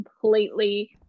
completely